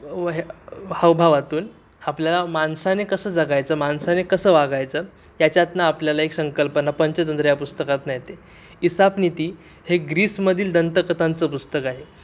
व हावभावातून आपल्याला माणसाने कसं जगायचं माणसाने कसं वागायचं याच्यातून आपल्याला एक संकल्पना पंचतंत्र या पुस्तकातून येते इसापनीती हे ग्रीसमधील दंतकथांचं पुस्तक आहे